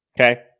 Okay